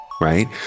right